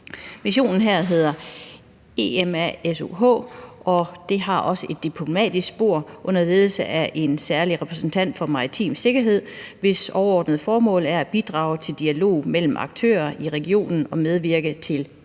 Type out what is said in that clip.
Missionen her hedder EMASOH, og den har også et diplomatisk spor under ledelse af en særlig repræsentant for maritim sikkerhed, hvis overordnede formål er at bidrage til dialog mellem aktører i regionen og medvirke til